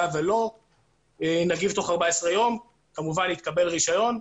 היה ולא נגיב תוך 14 ימים, כמובן יתקבל רישיון.